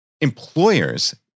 employers